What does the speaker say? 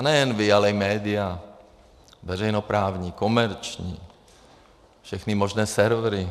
Nejen vy, ale i média, veřejnoprávní, komerční, všechny možné servery.